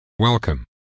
welcome